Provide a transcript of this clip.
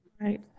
right